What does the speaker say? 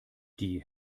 die